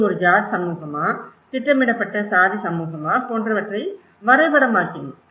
இது ஒரு ஜாட் சமூகமா திட்டமிடப்பட்ட சாதி சமூகமா போன்றவற்றை வரைபடமாக்கினோம்